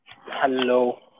hello